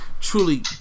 truly